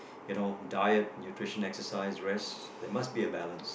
you know diet nutrition exercise rest there must be a balance